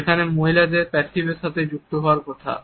যেখানে মহিলাদের প্যাসিভিটির সাথে যুক্ত থাকার কথা